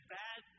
bad